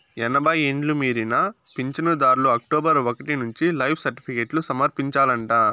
ఎనభై ఎండ్లు మీరిన పించనుదార్లు అక్టోబరు ఒకటి నుంచి లైఫ్ సర్టిఫికేట్లు సమర్పించాలంట